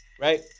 right